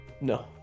No